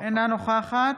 אינה נוכחת